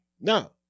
No